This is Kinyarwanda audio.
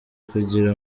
kugira